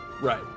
Right